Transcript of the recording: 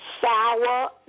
sour